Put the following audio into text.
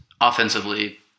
Offensively